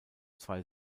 zwei